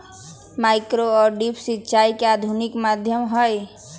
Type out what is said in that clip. micro और drip सिंचाई के आधुनिक माध्यम हई